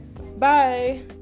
Bye